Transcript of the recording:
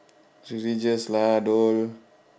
religious lah dol